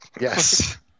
Yes